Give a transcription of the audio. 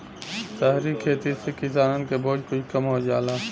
सहरी खेती से किसानन के बोझ कुछ कम हो जाला